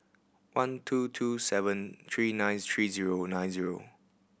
one two two seven three nine three zero nine zero